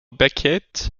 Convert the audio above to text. beckett